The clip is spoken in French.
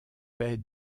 paix